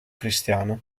cristiana